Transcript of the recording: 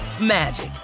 magic